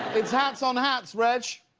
hats hats on hats, reg.